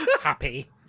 Happy